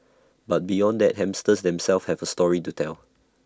but beyond that hamsters themselves have A story to tell